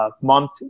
month